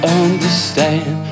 understand